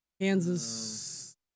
Kansas